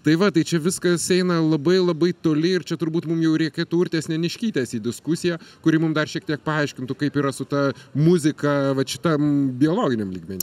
tai va tai čia viskas eina labai labai toli ir čia turbūt mum jau reikėtų urtės neniškytės į diskusiją kuri mum dar šiek tiek paaiškintų kaip yra su ta muzika vat šitam biologiniam lygmeny